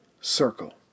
circle